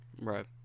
Right